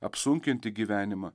apsunkinti gyvenimą